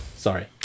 Sorry